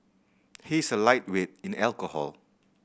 he is a lightweight in alcohol